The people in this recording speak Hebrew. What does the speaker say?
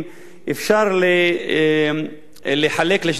אפשר לחלק לשני חלקים: